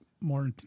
more